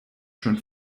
schön